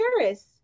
Paris